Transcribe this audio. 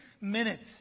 minutes